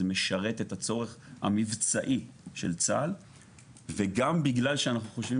זה משרת את הצורך המבצעי של צה"ל וגם בגלל שאנחנו חושבים